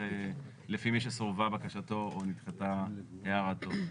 לפי מי שסורבה בקשתו או נדחתה הערתו.